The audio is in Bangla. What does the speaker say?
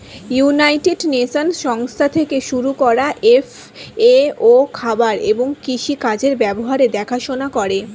ইউনাইটেড নেশনস সংস্থা থেকে শুরু করা এফ.এ.ও খাবার এবং কৃষি কাজের ব্যাপার দেখাশোনা করে